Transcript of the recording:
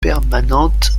permanentes